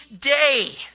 day